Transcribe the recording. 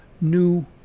new